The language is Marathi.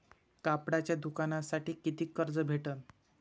कापडाच्या दुकानासाठी कितीक कर्ज भेटन?